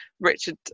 Richard